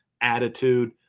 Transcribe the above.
attitude